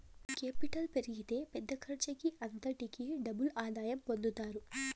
capital పెరిగితే పెద్ద ఖర్చుకి అంతటికీ డబుల్ ఆదాయం పొందుతారు